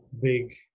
big